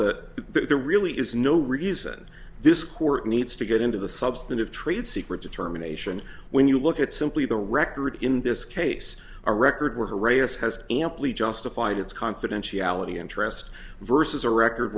that there really is no reason this court needs to get into the substantive trade secret determination when you look at simply the record in this case our record where herrera's has amply justified its confidentiality interest versus a record